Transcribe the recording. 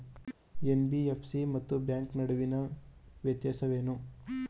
NBFC ಮತ್ತು bank ನಡುವಿನ ವ್ಯತ್ಯಾಸವೇನು?